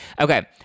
Okay